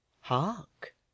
Hark